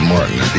Martin